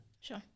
Sure